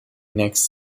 next